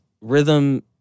rhythm